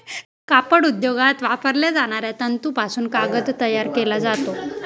कापड उद्योगात वापरल्या जाणाऱ्या तंतूपासून कागद तयार केला जातो